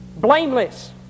Blameless